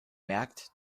merkt